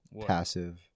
passive